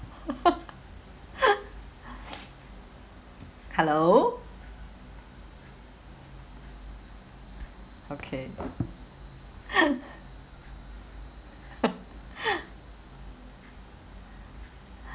hello okay